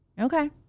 Okay